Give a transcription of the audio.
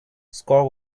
score